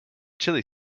chilli